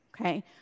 Okay